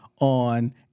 on